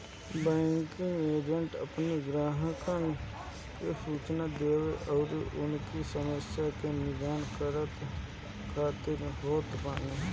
banking agent अपनी ग्राहकन के सूचना देवे अउरी उनकी समस्या के निदान करे खातिर होत बाने